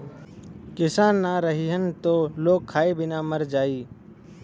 किसान ना रहीहन त लोग खाए बिना मर जाई